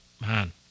man